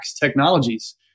Technologies